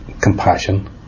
compassion